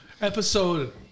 Episode